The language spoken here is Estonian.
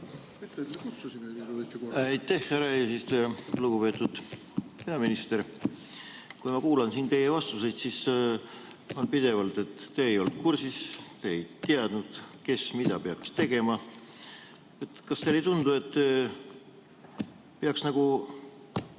Aitäh, härra eesistuja! Lugupeetud peaminister! Ma kuulan siin teie vastuseid ja te ütlete pidevalt, et te ei olnud kursis, te ei teadnud, kes mida peaks tegema. Kas teile ei tundu, et peaks nagu